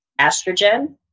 Estrogen